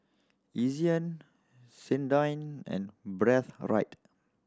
Ezion Sensodyne and Breathe Right